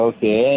Okay